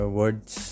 words